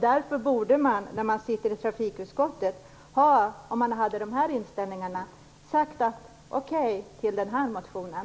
Därför borde de som sitter i trafikutskottet och har den här inställningen ha sagt okej till den här motionen.